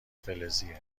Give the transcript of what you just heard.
فلزیه